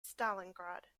stalingrad